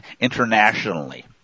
internationally